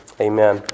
Amen